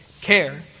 care